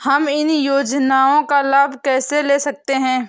हम इन योजनाओं का लाभ कैसे ले सकते हैं?